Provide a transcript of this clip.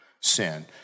sin